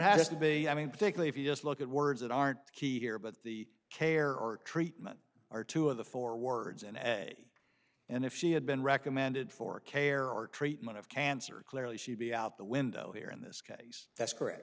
has to be i mean particularly if you just look at words that aren't key here but the care or treatment or two of the four words and essay and if she had been recommended for care or treatment of cancer clearly she'd be out the window here in this case that's correct